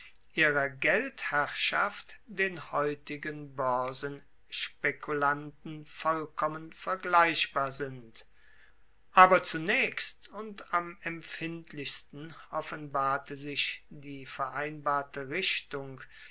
ihrer geldherrschaft den heutigen boersenspekulanten vollkommen vergleichbar sind aber zunaechst und am empfindlichsten offenbarte sich die vereinbarte richtung